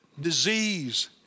disease